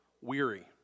weary